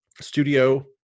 studio